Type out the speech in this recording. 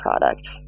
product